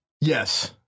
Yes